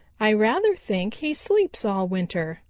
i rather think he sleeps all winter,